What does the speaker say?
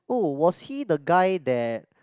oh was he the guy that